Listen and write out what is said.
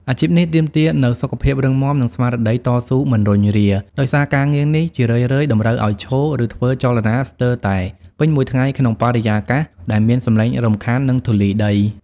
អាជីពនេះទាមទារនូវសុខភាពរឹងមាំ និងស្មារតីតស៊ូមិនរុញរា ដោយសារការងារនេះជារឿយៗតម្រូវឱ្យឈរ ឬធ្វើចលនាស្ទើរតែពេញមួយថ្ងៃក្នុងបរិយាកាសដែលមានសម្លេងរំខាន និងធូលីដី។